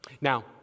Now